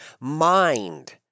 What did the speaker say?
mind